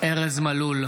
ארז מלול,